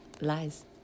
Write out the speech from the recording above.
Lies